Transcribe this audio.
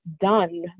done